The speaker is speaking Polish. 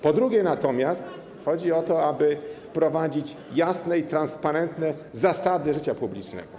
Po drugie, chodzi o to, aby prowadzić jasne i transparentne zasady życia publicznego.